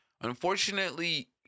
Unfortunately